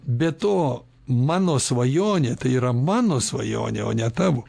be to mano svajonė tai yra mano svajonė o ne tavo